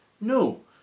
No